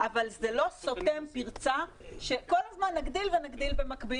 אבל זה לא סותם פרצה שכל הזמן נגדיל ונגדיל במקביל,